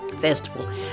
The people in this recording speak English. Festival